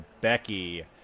Becky